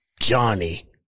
Johnny